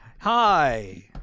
Hi